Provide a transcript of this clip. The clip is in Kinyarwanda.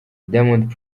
diamond